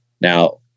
Now